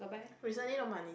recently no money